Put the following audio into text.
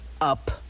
up